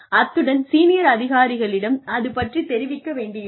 அத்துடன் சீனியர் அதிகாரிகளிடம் அது பற்றித் தெரிவிக்க வேண்டியிருக்கும்